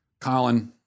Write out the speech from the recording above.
Colin